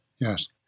Yes